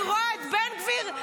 ואני רואה את בן גביר,